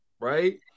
Right